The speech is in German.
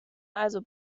also